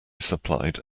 supplied